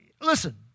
Listen